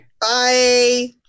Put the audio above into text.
Bye